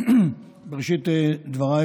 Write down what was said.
בראשית דבריי,